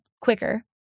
quicker